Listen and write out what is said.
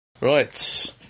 Right